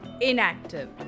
inactive